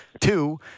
two